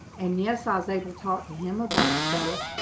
and yes i was able to talk to him about stuff